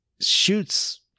shoots